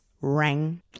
rang